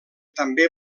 també